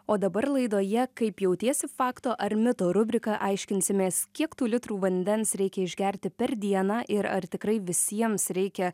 o dabar laidoje kaip jautiesi fakto ar mito rubrika aiškinsimės kiek tų litrų vandens reikia išgerti per dieną ir ar tikrai visiems reikia